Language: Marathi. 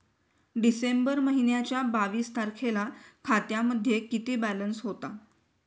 डिसेंबर महिन्याच्या बावीस तारखेला खात्यामध्ये किती बॅलन्स होता?